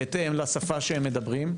בהתאם לשפה שהם מדברים,